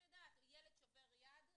ילד שובר יד,